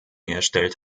erstellt